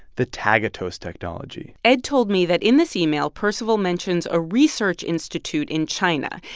the tagatose technology ed told me that in this email, percival mentions a research institute in china.